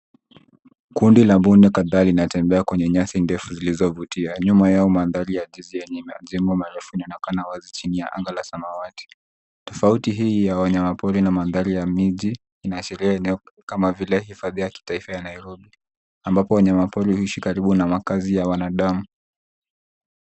Kundi la mbuni kadhaa linatembea kwenye nyasi ndefu zilizovutia. Nyuma yao mandhari yakiziani majengo marefu inaonekana wazi chini ya anga la samawati. Tofauti hii ya wanyama pori na madhari ya miji inaashiria eneo kama vile hifadhia ya kitaifa ya Nairobi, ambapo wanyamapori huishi karibu na makazi ya wanadamu.